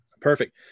Perfect